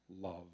love